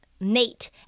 Nate